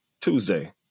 Tuesday